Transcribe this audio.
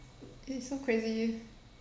it's so crazy